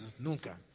Nunca